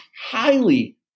highly